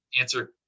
answer